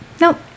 Nope